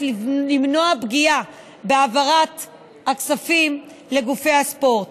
למנוע פגיעה בהעברת הכספים לגופי הספורט.